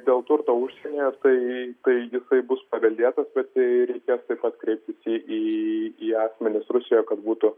dėl turto užsienyje tai tai jisai bus paveldėtas bet reikės taip pat kreipti į asmenis rusijoje kad būtų